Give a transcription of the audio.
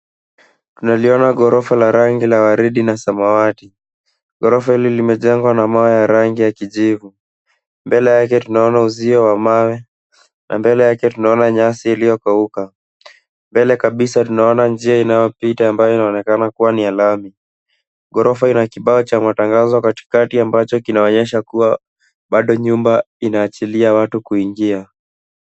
Tunaliona ghorofa la rangi ya waridi na samawati. Ghorofa hili limejengwa na mawe ya rangi ya kijivu. Mbele yake tunaona uzio wa mawe na mbele yake tunaona nyasi iliyokauka. Mbele kabisa tunaona njia inayopita ambayo inaonekana kuwa ni ya lami. Ghorofa ina kibao cha matangazo katikati ambacho kinaonyesha kuwa bado nyumba inaachilia watu kuingia.